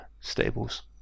stables